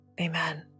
amen